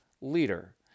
leader